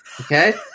Okay